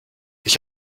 ich